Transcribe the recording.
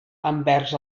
envers